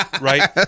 Right